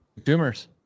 Doomers